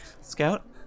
Scout